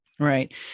Right